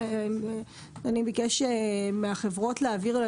אדוני ביקש מהחברות להעביר,